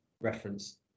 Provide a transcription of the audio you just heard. reference